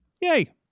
Yay